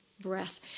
breath